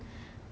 boots 是